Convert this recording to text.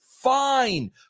fine